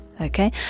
okay